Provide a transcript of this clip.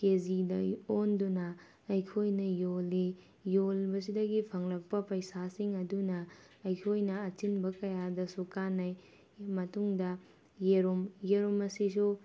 ꯀꯦ ꯖꯤꯗ ꯑꯣꯟꯗꯨꯅ ꯑꯩꯈꯣꯏꯅ ꯌꯣꯜꯂꯤ ꯌꯣꯜꯂꯤꯕꯁꯤꯗꯒꯤ ꯐꯪꯂꯛꯄ ꯄꯩꯁꯥꯁꯤꯡ ꯑꯗꯨꯅ ꯑꯩꯈꯣꯏꯅ ꯑꯆꯤꯟꯕ ꯀꯌꯥꯗꯁꯨ ꯀꯥꯟꯅꯩ ꯁꯤꯒꯤ ꯃꯇꯨꯡꯗ ꯌꯦꯔꯨꯝ ꯌꯦꯔꯨꯝ ꯑꯁꯤꯁꯨ